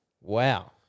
Wow